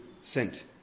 sent